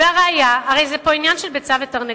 והא ראיה, הרי זה פה עניין של ביצה ותרנגולת.